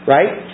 Right